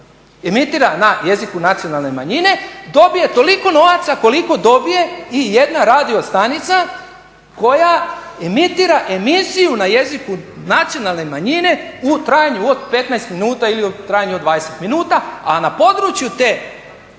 emitira na jeziku nacionalne manjine dobije toliko novaca koliko dobije i jedna radiostanica koja emitira emisiju na jeziku nacionalne manjine u trajanju od 15 minuta ili u trajanju od 20 minuta, a na području te